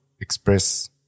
express